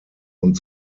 und